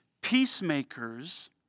Peacemakers